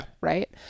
Right